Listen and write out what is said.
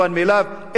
מובן מאליו,